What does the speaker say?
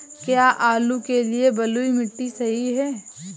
क्या आलू के लिए बलुई मिट्टी सही है?